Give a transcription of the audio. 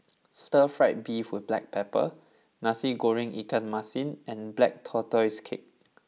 Stir Fry Beef with Black Pepper Nasi Goreng Ikan Masin and Black Tortoise Cake